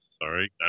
Sorry